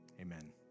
Amen